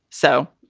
so